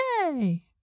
Yay